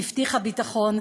הממשלה הזאת הבטיחה ביטחון,